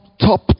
top